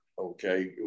okay